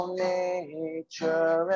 nature